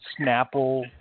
Snapple